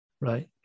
Right